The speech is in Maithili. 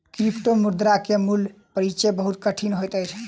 क्रिप्टोमुद्रा के मूल परिचय बहुत कठिन होइत अछि